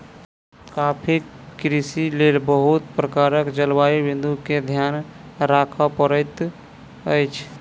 coffee कृषिक लेल बहुत प्रकारक जलवायु बिंदु के ध्यान राखअ पड़ैत अछि